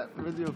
כן, בדיוק.